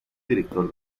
director